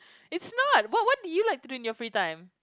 it's not what what do you like to do in your free time